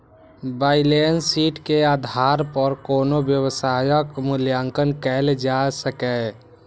balance sheet के आधार पर कोनो व्यवसायक मूल्यांकन कैल जा सकैए